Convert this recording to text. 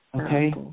Okay